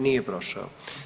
Nije prošao.